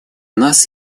нас